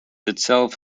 itself